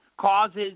causes